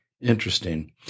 Interesting